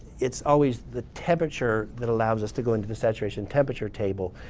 it's always the temperature that allows us to go into the saturation temperature table.